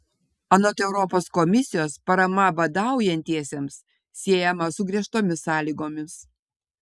anot europos komisijos parama badaujantiesiems siejama su griežtomis sąlygomis